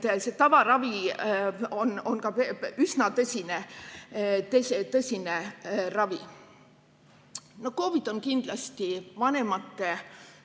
See tavaravi on ka üsna tõsine ravi. No COVID on kindlasti vanemate